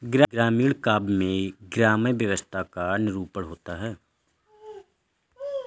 ग्रामीण काव्य में ग्राम्य व्यवस्था का निरूपण होता है